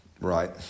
right